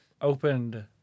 opened